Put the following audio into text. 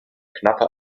knappe